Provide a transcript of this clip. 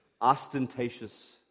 ostentatious